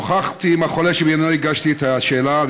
שוחחתי עם החולה שבעניינו הגשתי את השאלה,